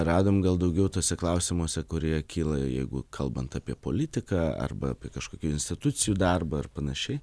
radom gal daugiau tuose klausimuose kurie kyla jeigu kalbant apie politiką arba apie kažkokių institucijų darbą ar panašiai